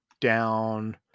down